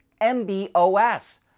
MBOS